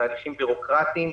תהליכים בירוקרטיים.